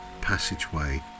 passageway